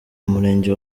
umurenge